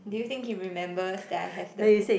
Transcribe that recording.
do you think he remembers that I have the book